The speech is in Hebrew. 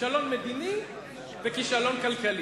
כישלון מדיני וכישלון כלכלי.